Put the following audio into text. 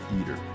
eater